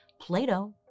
Plato